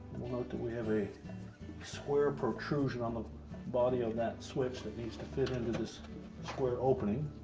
note that we have a square protrusion on the body of that switch that needs to fit into this square opening.